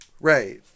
right